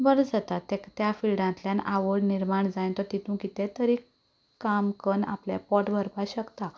बरो जाता ताका त्या फिल्डांतल्यान आवड निर्माण जायन तो तितूंत कितें तरी काम करून आपलें पोट भरपाक शकता